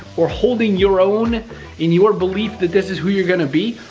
or holding your own in your belief that this is who you're gonna be,